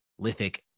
Lithic